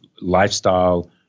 lifestyle